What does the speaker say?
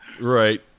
Right